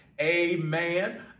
Amen